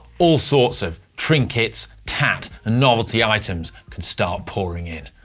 all sorts of trinkets, tat, and novelty items can start pouring in.